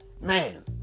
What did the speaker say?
man